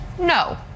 No